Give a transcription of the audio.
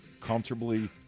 comfortably